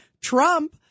Trump